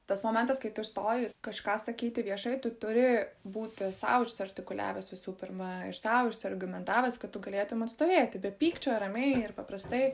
tas momentas kai tu stoji kažką sakyti viešai tu turi būti sau išsiartikuliavęs visų pirma sau argumentavęs kad tu galėtum atstovėti be pykčio ramiai ir paprastai